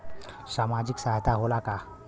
सामाजिक सहायता होला का?